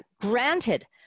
granted